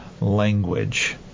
language